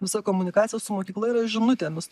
visa komunikacija su mokykla yra žinutėmis